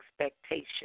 expectation